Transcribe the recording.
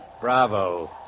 Bravo